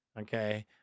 Okay